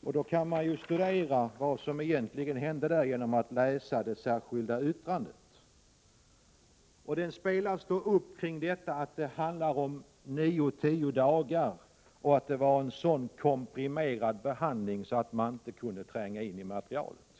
Man kan studera vad som egentligen hände där genom att läsa det särskilda yttrandet. Det spelas upp kring det faktum att det handlade om nio, tio dagar och att det var en så komprimerad behandling att man inte kunde tränga in i materialet.